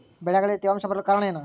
ಬೆಳೆಗಳಲ್ಲಿ ತೇವಾಂಶ ಬರಲು ಕಾರಣ ಏನು?